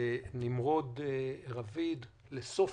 לנמרוד רביד, לסופי,